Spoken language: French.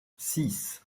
six